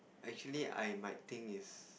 actually I might think if